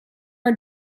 our